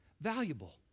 valuable